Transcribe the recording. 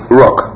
rock